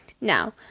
Now